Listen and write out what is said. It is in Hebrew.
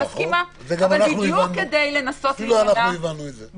אפילו אנחנו הבנו את זה.